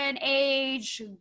age